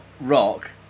rock